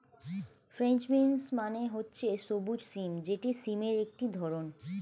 French beans মানে হচ্ছে সবুজ সিম যেটি সিমের একটি ধরণ